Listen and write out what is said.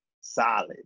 Solid